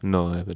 no I haven't